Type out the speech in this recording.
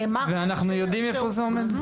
אנחנו יודעים איפה זה עומד?